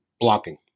blocking